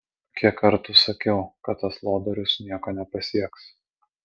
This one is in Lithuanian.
kiek kartų sakiau kad tas lodorius nieko nepasieks